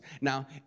now